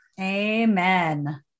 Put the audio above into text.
Amen